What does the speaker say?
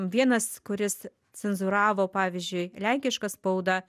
vienas kuris cenzūravo pavyzdžiui lenkišką spaudą